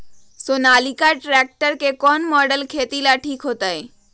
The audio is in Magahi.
सोनालिका ट्रेक्टर के कौन मॉडल खेती ला ठीक होतै?